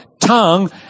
tongue